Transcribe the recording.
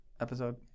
episode